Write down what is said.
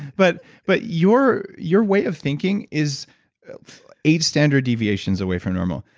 but but your your way of thinking is eight standard deviations away from normal.